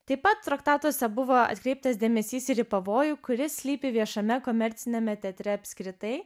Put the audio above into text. taip pat traktatuose buvo atkreiptas dėmesys ir į pavojų kuris slypi viešame komerciniame teatre apskritai